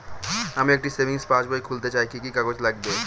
আমি একটি সেভিংস পাসবই খুলতে চাই কি কি কাগজ লাগবে?